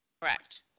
Correct